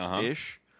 ish